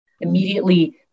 Immediately